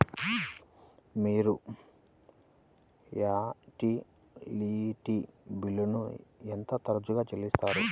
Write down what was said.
మీరు యుటిలిటీ బిల్లులను ఎంత తరచుగా చెల్లిస్తారు?